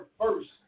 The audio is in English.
first